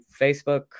Facebook